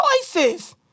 choices